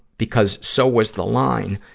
because so was the line,